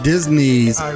Disney's